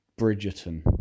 Bridgerton